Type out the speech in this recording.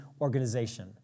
organization